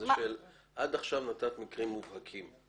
עד עכשיו נתת מקרים מובהקים.